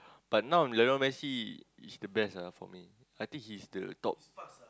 but now Lionel-Messi is the best ah for me I think he's the top